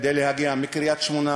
כדי להגיע מקריית-שמונה,